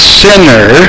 sinner